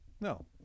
No